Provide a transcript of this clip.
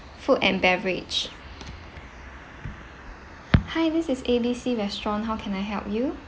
food and beverage hi this is A B C restaurant how can I help you